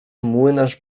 młynarz